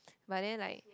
but then like